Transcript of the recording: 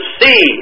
see